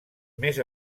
més